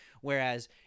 Whereas